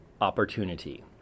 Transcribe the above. opportunity